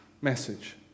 message